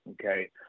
okay